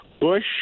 Bush